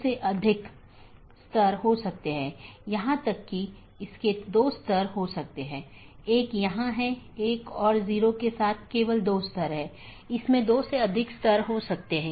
यह केवल उन्हीं नेटवर्कों के विज्ञापन द्वारा पूरा किया जाता है जो उस AS में या तो टर्मिनेट होते हैं या उत्पन्न होता हो यह उस विशेष के भीतर ही सीमित है